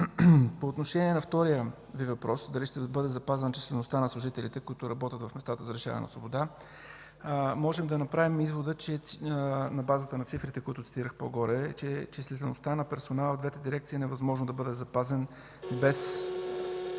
По отношение на втория Ви въпрос – дали ще бъде запазена числеността на служителите, които работят в местата за лишаване от свобода, можем да направим извода, на базата на цифрите, които цитирах по-горе, че числеността на персонала в двете дирекции е невъзможно да бъде запазен без